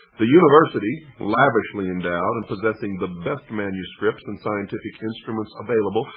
the university, lavishly endowed and possessing the best manuscripts and scientific instruments available,